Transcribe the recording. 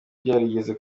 byarigeze